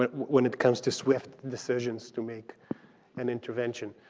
and when it comes to swift decisions to make an intervention.